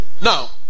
Now